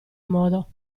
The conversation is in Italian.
modo